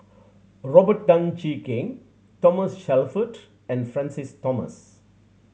Robert Tan Jee Keng Thomas Shelford and Francis Thomas